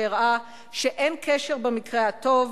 שהראה שאין קשר במקרה הטוב,